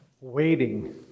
Waiting